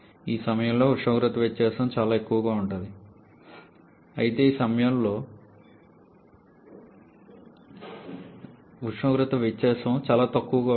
ఈ సమయంలో ఉష్ణోగ్రత వ్యత్యాసం చాలా ఎక్కువగా ఉంటుంది అయితే ఈ సమయంలో ఉష్ణోగ్రత వ్యత్యాసం చాలా తక్కువగా ఉంటుంది